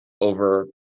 over